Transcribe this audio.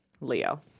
Leo